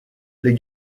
les